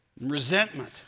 resentment